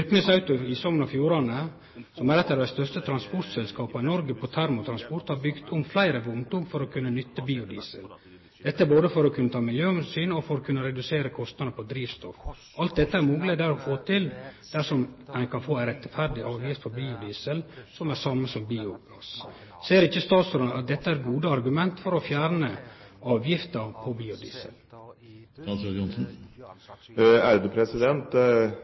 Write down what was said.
i Sogn og Fjordane, som er eit av dei største transportselskapa i Noreg når det gjeld termotransport, har bygd om fleire vogntog for å kunne nytte biodiesel, dette både for å kunne ta miljøomsyn og for å kunne redusere kostnadene på drivstoff. Alt dette er mogleg å få til dersom ein kan få ei rettferdig avgift på biodiesel, som er det same som biogass. Ser ikkje statsråden at dette er gode argument for å fjerne avgifta